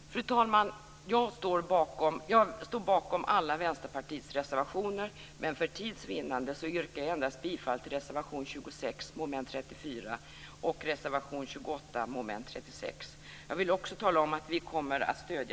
Fru talman! Jag står bakom alla Vänsterpartiets reservationer, men för tids vinnande yrkar jag endast bifall till reservation 26, mom. 34 och reservation 28, mom. 36. Jag vill också tala om att vi kommer att stödja